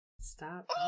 Stop